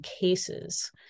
cases